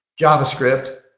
JavaScript